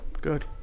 good